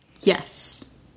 Yes